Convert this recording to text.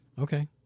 Okay